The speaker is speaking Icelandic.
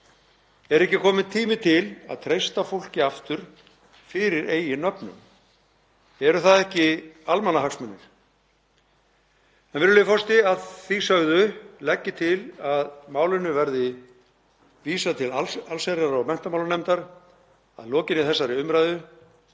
Er ekki kominn tími til að treysta fólki aftur fyrir eigin nöfnum? Eru það ekki almannahagsmunir? Virðulegur forseti. Að því sögðu legg ég til að málinu verði vísað til allsherjar- og menntamálanefndar að lokinni þessari umræðu.